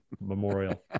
memorial